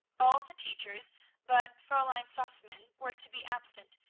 all the teachers but fraulein sausmann were to be absent,